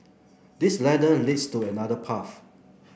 this ladder leads to another path